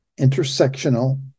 intersectional